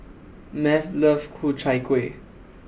Math loves Ku Chai Kueh